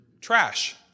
Trash